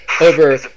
over